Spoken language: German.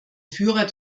führer